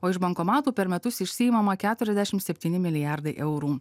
o iš bankomatų per metus išsiimama keturiasdęšim septyni milijardai eurų